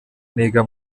niga